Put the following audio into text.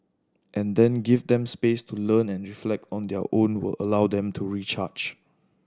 and then give them space to learn and reflect on their own will allow them to recharge